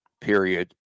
period